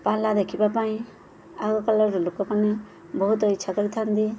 ପାଲା ଦେଖିବା ପାଇଁ ଆଗ କାଲର ଲୋକମାନେ ବହୁତ ଇଚ୍ଛା କରିଥାନ୍ତି